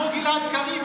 כמו גלעד קריב,